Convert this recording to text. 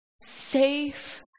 safe